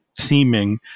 theming